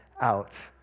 out